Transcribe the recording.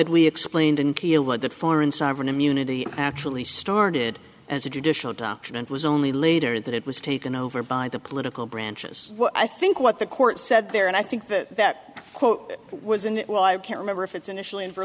we explained what the foreign sovereign immunity actually started as a traditional document was only later that it was taken over by the political branches i think what the court said there and i think that that quote was and well i can't remember if it's initially in for